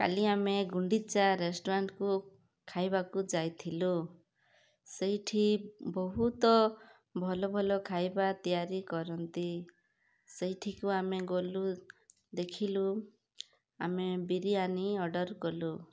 କାଲି ଆମେ ଗୁଣ୍ଡିଚା ରେଷ୍ଟ୍ରୁରାଣ୍ଟକୁ ଖାଇବାକୁ ଯାଇ ଥିଲୁ ସେଇଠି ବହୁତ ଭଲ ଭଲ ଖାଇବା ତିଆରି କରନ୍ତି ସେଇଠିକୁ ଆମେ ଗଲୁ ଦେଖିଲୁ ଆମେ ବିରିୟାନୀ ଅର୍ଡ଼ର୍ କଲୁ